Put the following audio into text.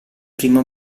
primo